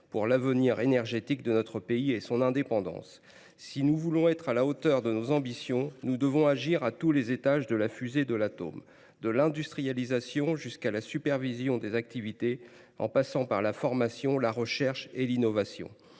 pour l’avenir énergétique de notre pays et son indépendance. Si nous voulons être à la hauteur de nos ambitions, nous devons agir à tous les étages de la fusée de l’atome, de l’industrialisation jusqu’à la supervision des activités, en passant par la formation, la recherche et l’innovation.